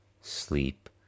sleep